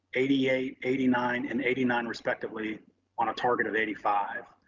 eighty eight, eighty nine, and eighty nine respectively on a target of eighty five.